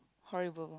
horrible